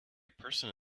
person